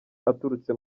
aturutse